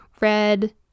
red